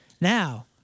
Now